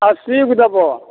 अस्सीगो देबो